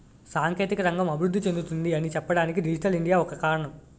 సాంకేతిక రంగం అభివృద్ధి చెందుతుంది అని చెప్పడానికి డిజిటల్ ఇండియా ఒక కారణం